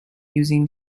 using